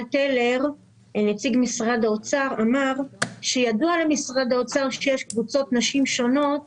טלר ממשרד האוצר אמר שידוע למשרד האוצר שיש קבוצות נשים שונות